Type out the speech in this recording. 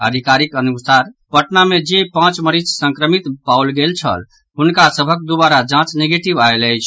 अधिकारिक अनुसार पटना मे जे पांच मरीज संक्रमित पाओल गेल छल हुना सभक दुबारा जांच निगेटिव आयल अछि